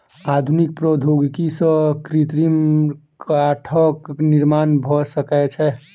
आधुनिक प्रौद्योगिकी सॅ कृत्रिम काठक निर्माण भ सकै छै